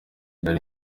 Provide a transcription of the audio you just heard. dany